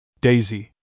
Daisy